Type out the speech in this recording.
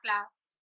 class